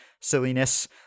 silliness